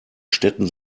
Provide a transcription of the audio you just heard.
städten